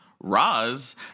Roz